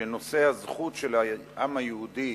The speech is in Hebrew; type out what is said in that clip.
שהזכות של העם היהודי